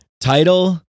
title